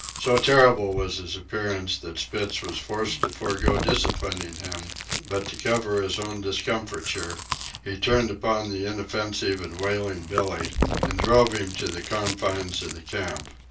so terrible was his appearance that spitz was forced to forego disciplining him but to cover his own discomfiture he turned upon the inoffensive and wailing billee and drove him to the confines of the camp.